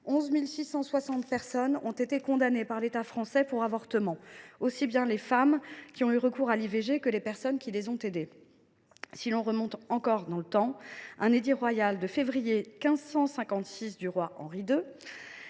11 660 personnes ont été condamnées par l’État français pour avortement, aussi bien les femmes qui ont eu recours à l’IVG que les personnes qui les ont aidées. » Si l’on remonte encore dans le temps, un édit royal de février 1556 du roi Henri II